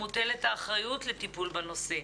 מוטלת האחריות לטיפול בנושא.